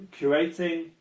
curating